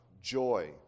joy